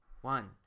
One